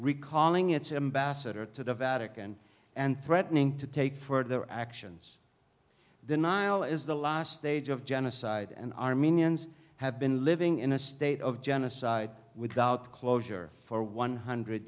ambassador to the vatican and threatening to take for their actions the nile is the last stage of genocide and armenians have been living in a state of genocide without closure for one hundred